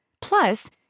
Plus